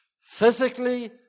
Physically